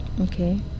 Okay